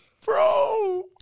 Bro